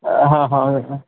हां हां हां